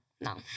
No